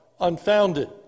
unfounded